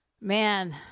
Man